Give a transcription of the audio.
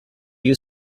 you